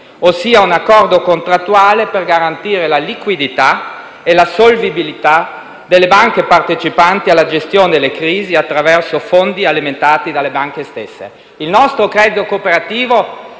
ossia un accordo contrattuale per garantire la liquidità e la solvibilità delle banche partecipanti alla gestione delle crisi, attraverso fondi alimentati dalle banche stesse. Il nostro credito cooperativo